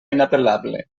inapel·lable